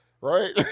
right